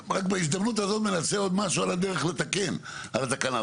בהזדמנות הזאת אני מנסה עוד משהו לתקן על הדרך.